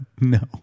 No